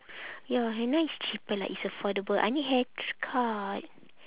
ya henna is cheaper like it's affordable I need hair tr~ cut